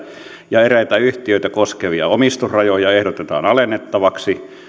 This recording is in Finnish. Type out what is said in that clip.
ja eräitä yhtiöitä koskevia omistusrajoja ehdotetaan alennettavaksi